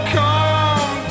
come